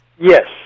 Yes